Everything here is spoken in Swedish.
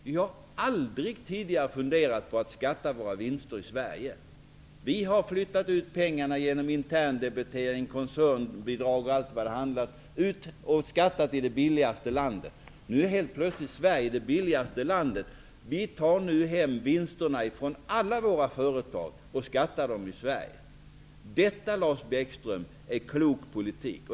Vi har aldrig tidigare funderat på att ''skatta'' våra vinster i Sverige. Vi har flyttat ut pengarna genom interndebitering, koncernbidrag och allt vad det varit och ''skattat'' i det billigaste landet. Nu är helt plötsligt Sverige det billigaste landet. Vi tar nu hem vinsterna från alla våra företag och ''skattar'' dem i Sverige. -- Detta, Lars Bäckström, är klok politik.